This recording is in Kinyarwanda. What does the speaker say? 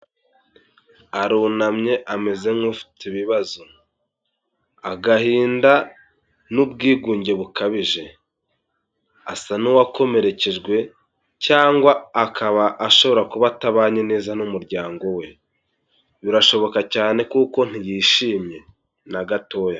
Arunamye ameze nk'ufite ibibazo, agahinda n'ubwigunge bukabije, asa n'uwakomerekejwe cyangwa akaba ashobora kuba atabanye neza n'umuryango we, birashoboka cyane kuko ntiyishimye na gatoya.